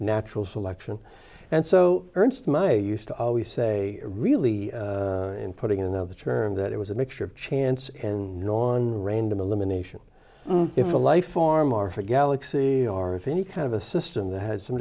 natural selection and so ernst mayr used to always say really in putting in another term that it was a mixture of chance and non random elimination if a life form or for galaxy or if any kind of a system that had some